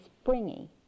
springy